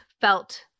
felt